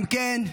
אם כן,